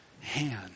hand